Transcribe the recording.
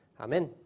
Amen